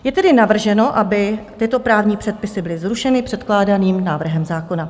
Je tedy navrženo, aby tyto právní předpisy byly zrušeny předkládaným návrhem zákona.